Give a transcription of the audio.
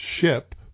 ship